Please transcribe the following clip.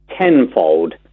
tenfold